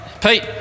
Pete